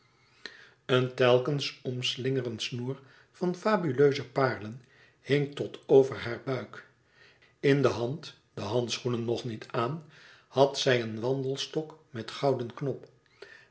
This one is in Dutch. een telkens omslingerend snoer van fabuleuze parelen hing tot over haar buik in de hand de handschoenen nog niet aan had zij een wandelstok met gouden knop